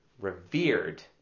revered